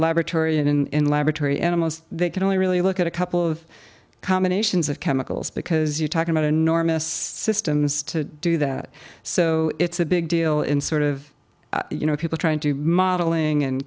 laboratory and in laboratory animals they can only really look at a couple of combinations of chemicals because you're talking about enormous systems to do that so it's a big deal in sort of you know people trying to modeling and